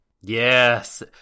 Yes